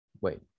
Wait